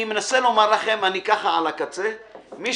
אני על הקצה.